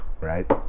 right